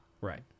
Right